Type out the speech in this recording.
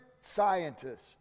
scientist